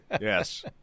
Yes